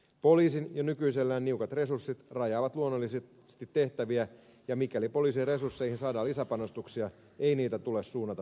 poliisin jo nykyisellään niukat resurssit rajaavat luonnollisesti tehtäviä ja mikäli poliisien resursseihin saadaan lisäpanostuksia ei niitä tule suunnata tämän kaltaiseen tutkintaan